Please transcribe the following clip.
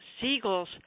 seagulls